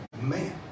man